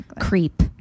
Creep